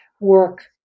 work